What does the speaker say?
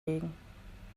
wegen